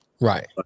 Right